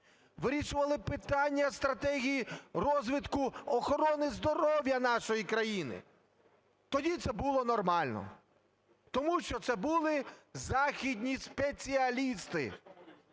вирішували питання стратегії розвитку охорони здоров'я нашої країни, тоді це було нормально, тому що це були західні спеціалісти.